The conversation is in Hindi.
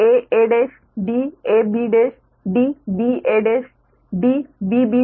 तो DaaDabDba DbbDcaDcb